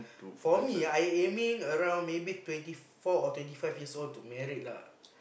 for me I aiming around maybe twenty four or twenty five years old to married lah